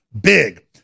big